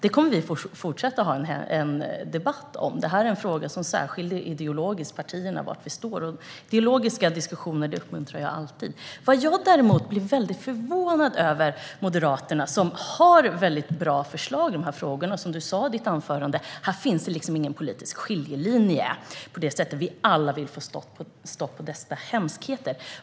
Vi kommer att fortsätta debattera detta - det här en fråga som särskiljer partierna ideologiskt, och jag uppmuntrar alltid ideologiska diskussioner. Moderaterna har väldigt bra förslag i dessa frågor. Som Anders Hansson sa i sitt anförande finns det ingen politisk skiljelinje här - vi vill alla få stopp på dessa hemskheter.